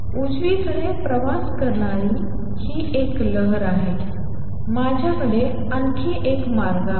उजवीकडे प्रवास करणारी ही एक लहर आहे माझ्याकडे आणखी एक मार्ग आहे